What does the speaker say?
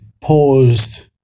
paused